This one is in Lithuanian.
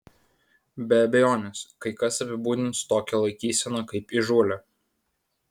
be abejonės kai kas apibūdins tokią laikyseną kaip įžūlią